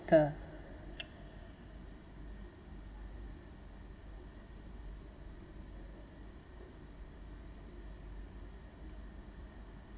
~ter